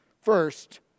First